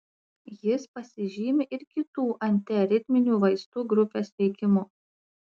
jis pasižymi ir kitų antiaritminių vaistų grupės veikimu